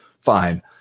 fine